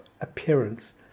appearance